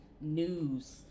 news